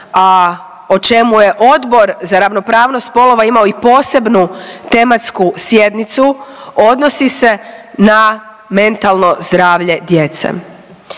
a o čemu je Odbor za ravnopravnost spolova imao i posebnu tematsku sjednicu odnosi se na mentalno zdravlja djece.